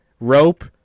rope